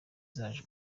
zaje